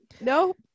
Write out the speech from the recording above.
no